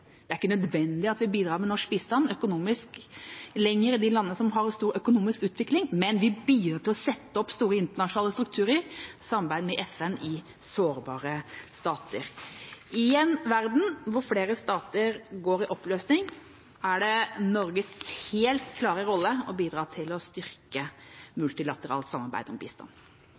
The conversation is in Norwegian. Det er ikke lenger nødvendig at vi bidrar med norsk økonomisk bistand i de landene som har stor økonomisk utvikling, men vi bidrar til å sette opp store internasjonale strukturer i samarbeid med FN i sårbare stater. I en verden hvor flere stater går i oppløsning, er det Norges helt klare rolle å bidra til å styrke multilateralt samarbeid om bistand.